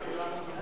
ייקח את כולנו,